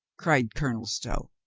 cried colonel stow.